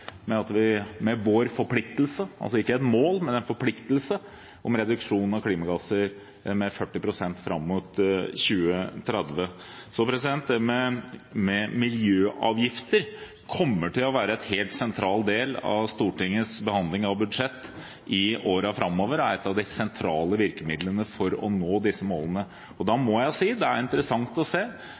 men en forpliktelse – om reduksjon av klimagasser med 40 pst. fram mot 2030. Så det med miljøavgifter kommer til å være en helt sentral del av Stortingets behandling av budsjett i årene framover og er ett av de sentrale virkemidlene for å nå disse målene. Da må jeg si at det er interessant å se